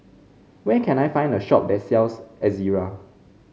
where can I find a shop that sells Ezerra